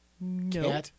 No